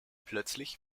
plötzlich